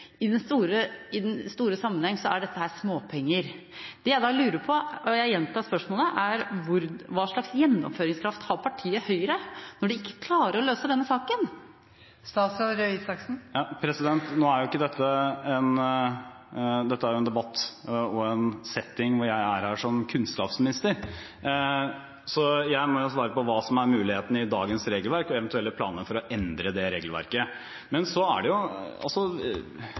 I den store sammenhengen er dette småpenger. Jeg gjentar spørsmålet: Hva slags gjennomføringskraft har partiet Høyre når de ikke klarer å løse denne saken? Dette er en debatt og en setting hvor jeg er som kunnskapsminister, så jeg må jo svare på hva som er mulighetene i dagens regelverk, og eventuelle planer for å endre det regelverket. Men så er det jo